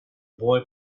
boy